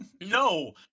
No